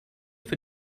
wird